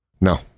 No